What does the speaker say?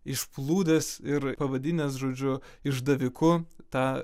išplūdęs ir pavadinęs žodžiu išdaviku tą